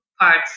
parts